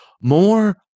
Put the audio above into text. More